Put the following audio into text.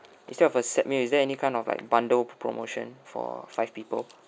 instead of a set meal is there any kind of like bundle promotion for five people